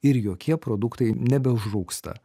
ir jokie produktai nebeužrūksta